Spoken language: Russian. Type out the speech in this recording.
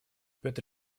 петр